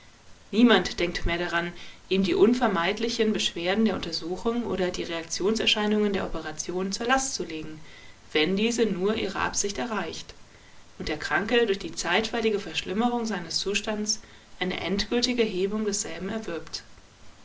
niemand denkt mehr daran ihm die unvermeidlichen beschwerden der untersuchung oder die reaktionserscheinungen der operation zur last zu legen wenn diese nur ihre absicht erreicht und der kranke durch die zeitweilige verschlimmerung seines zustands eine endgültige hebung desselben erwirbt